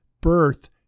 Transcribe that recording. Birth